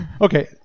Okay